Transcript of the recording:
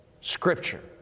scripture